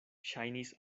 ŝajnis